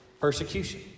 persecution